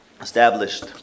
established